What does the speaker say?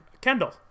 Kendall